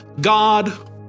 God